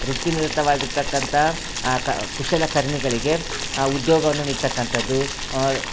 ವೃತ್ತಿ ನಿರತವಾಗಿರ್ತಕ್ಕಂಥ ಕ ಕುಶಲಕರ್ಮಿಗಳಿಗೆ ಉದ್ಯೋಗವನ್ನು ನೀಡ್ತಕ್ಕಂಥದ್ದು